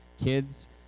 kids